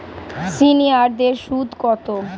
সিনিয়ারদের সুদ কত?